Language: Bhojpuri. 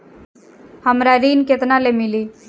हमरा ऋण केतना ले मिली?